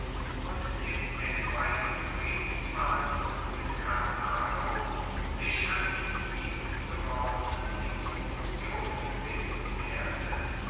und den etwaigen friedensverhandlungen mit karthago sich an die ihm gewordenen instruktionen binden werde